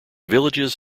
villages